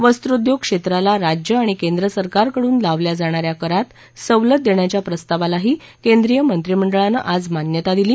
वस्त्रोद्योग क्षेत्राला राज्य आणि केंद्र सरकारकडून लावल्या जाणाऱ्या करात सवलत देण्याच्या प्रस्तावालाही केन्द्रीय मंत्रिमंडळानं आज मान्यता दिली